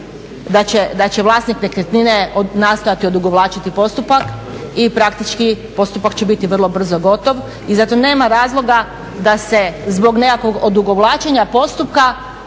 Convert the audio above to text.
da će vlasnik nekretnine nastojati odugovlačiti postupak i praktički postupak će biti vrlo brzo gotov i zato nema razloga da se zbog nekakvog odugovlačenja postupka